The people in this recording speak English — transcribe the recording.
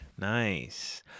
Nice